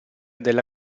della